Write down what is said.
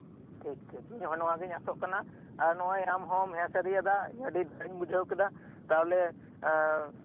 ᱴᱷᱤᱠ ᱴᱷᱤᱠ ᱤᱧᱦᱚ ᱱᱚᱣᱟᱜᱤᱧ ᱟᱥᱚᱜ ᱠᱟᱱᱟ ᱟᱨ ᱱᱚᱜᱚᱭ ᱟᱢᱦᱚᱢ ᱦᱮᱸ ᱥᱟᱹᱨᱤᱭᱟᱫᱟ ᱤᱧ ᱟᱹᱰᱤ ᱨᱟᱹᱥᱠᱟᱹᱧ ᱵᱩᱡᱷᱟᱣᱠᱮᱫᱟ ᱛᱟᱦᱚᱞᱮ